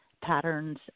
patterns